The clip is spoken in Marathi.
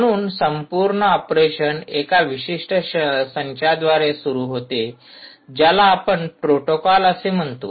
म्हणून संपूर्ण ऑपरेशन एका विशिष्ट संचाद्वारे सुरू होते ज्याला आपण प्रोटोकॉल असे म्हणतो